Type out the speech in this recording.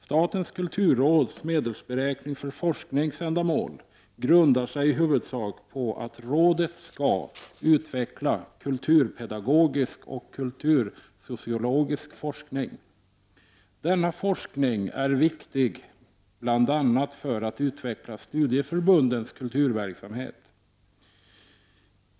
Statens kulturråds medelsberäkning för forskningsändamål grundar sig i huvudsak på att rådet skall utveckla kulturpedagogisk och kultursociologisk forskning. Denna forskning är viktig bl.a. för att utveckla studieförbundens kulturverksamhet.